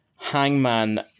Hangman